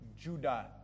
Judah